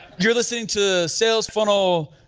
you're listening to sales funnel, ah,